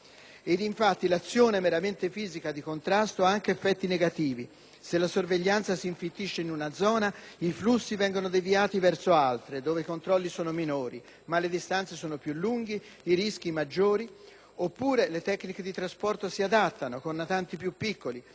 infatti l'azione meramente fisica di contrasto ha anche effetti negativi: se la sorveglianza si infittisce in una zona, i flussi vengono deviati verso altre, dove i controlli sono minori ma le distanze sono più lunghe, i rischi maggiori; oppure le tecniche di trasporto si adattano, con natanti più piccoli,